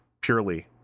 purely